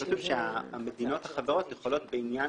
כתוב שהמדינות החברות לעניין